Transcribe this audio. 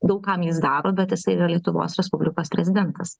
daug kam jis daro bet jisai yra lietuvos respublikos prezidentas